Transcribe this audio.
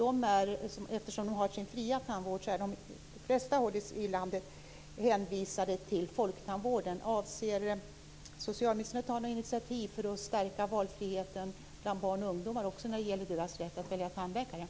Eftersom de har sin fria tandvård är de på de flesta håll i landet hänvisade till Folktandvården.